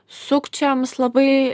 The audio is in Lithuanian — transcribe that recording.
sukčiams labai